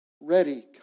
ready